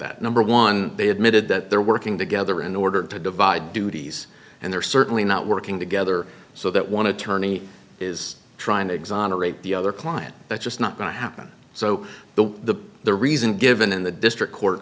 that number one they admitted that they're working together in order to divide duties and they're certainly not working together so that one attorney is trying to exonerate the other client that's just not going to happen so the the the reason given in the district